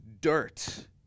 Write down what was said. dirt